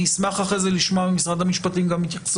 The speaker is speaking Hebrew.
אני אשמח לשמוע אחרי זה גם התייחסות ממשרד המשפטים לסוגיית